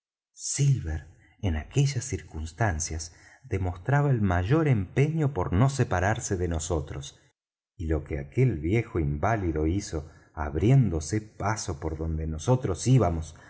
silver en aquellas circunstancias demostraba el mayor empeño por no separarse de nosotros y lo que aquel viejo inválido hizo abriéndose paso por donde nosotros íbamos